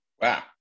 Wow